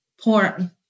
porn